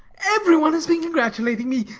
every one has been congratulating me,